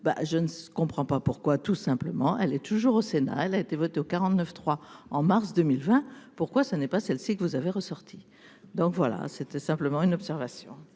je ne comprends pas pourquoi tout simplement, elle est toujours au Sénat, elle a été votée au 49 3 en mars 2020, pourquoi ça n'est pas celle-ci, que vous avez ressorti donc voilà c'était simplement une observation.